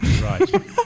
Right